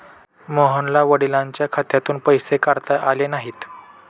मोहनला वडिलांच्या खात्यातून पैसे काढता आले नाहीत